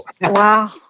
Wow